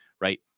right